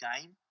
game